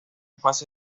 fase